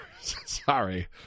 Sorry